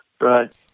Right